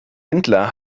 händler